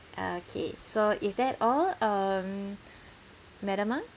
okay so is that all um madam ng